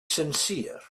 sincere